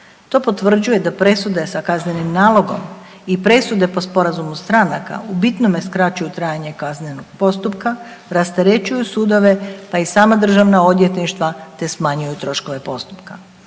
To potvrđuje da presude sa kaznenim nalogom i presude po sporazumu stranaka u bitnome skraćuju trajanje kaznenih postupka, rasterećuju sudove, a i sama državna odvjetništva te smanjuju troškove postupka.